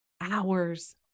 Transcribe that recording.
hours